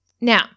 Now